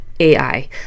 AI